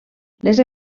les